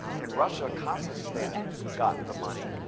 in russia, kazakhstan got the money,